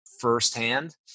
firsthand